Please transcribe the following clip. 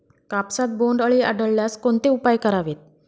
कापसात बोंडअळी आढळल्यास कोणते उपाय करावेत?